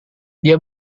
dia